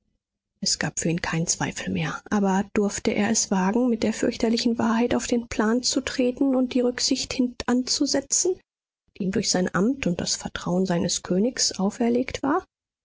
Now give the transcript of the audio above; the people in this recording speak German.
es gab für ihn keinen zweifel mehr aber durfte er es wagen mit der fürchterlichen wahrheit auf den plan zu treten und die rücksicht hintanzusetzen die ihm durch sein amt und das vertrauen seines königs auferlegt war